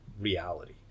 reality